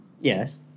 yes